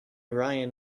ryan